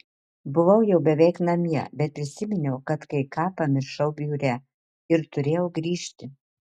buvau jau beveik namie bet prisiminiau kad kai ką pamiršau biure ir turėjau grįžti